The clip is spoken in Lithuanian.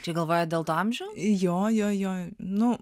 čia galvoja dėl to amžiaus